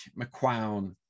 McQuown